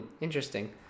interesting